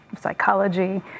psychology